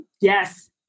Yes